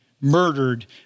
murdered